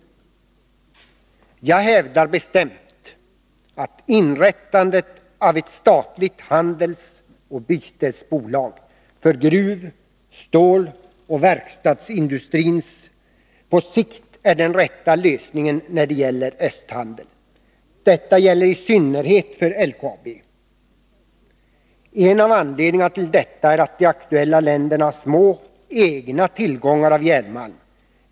Jag hävdar bestämt att inrättandet av ett statligt handelsoch bytesbolag för gruv-, ståloch verkstadsindustrin på sikt är den rätta lösningen när det 33 gäller östhandeln. Detta gäller i synnerhet för LKAB. En av anledningarna till detta är att de aktuella länderna har små egna tillgångar av järnmalm.